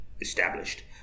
established